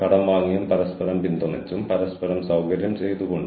കൂടാതെ മോഡലിന്റെ പുനർനിർമ്മാണം ഈ പേപ്പറിലുണ്ട്